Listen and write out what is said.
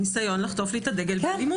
ניסיון לחטוף לי את הדגל באלימות.